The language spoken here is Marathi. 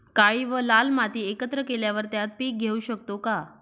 काळी व लाल माती एकत्र केल्यावर त्यात पीक घेऊ शकतो का?